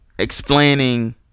Explaining